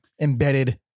embedded